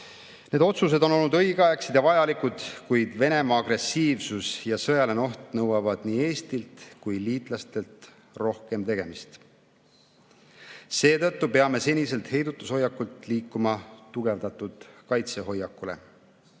Need otsused on olnud õigeaegsed ja vajalikud, kuid Venemaa agressiivsus ja sõjaline oht nõuavad nii Eestilt kui ka liitlastelt rohkema tegemist. Seetõttu peame seniselt heidutushoiakult liikuma tugevdatud kaitse hoiakule.